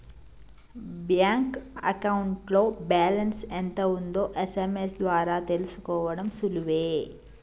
bank అకౌంట్లో balance ఎంత ఉందో ఎస్.ఎం.ఎస్ ద్వారా తెలుసుకోడం సులువే